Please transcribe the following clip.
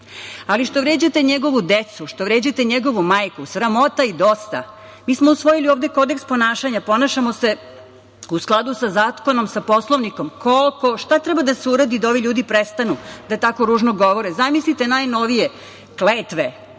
ali što vređate njegovu decu, što vređate njegovu majku, sramota i dosta. Mi smo usvojili ovde kodeks ponašanja, ponašamo se u skladu sa zakonom, sa Poslovnikom, koliko, šta treba da se uradi da ovi ljudi prestanu da tako ružno govore, zamislite najnovije kletve.